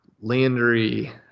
Landry